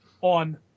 on